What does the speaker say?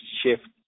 shift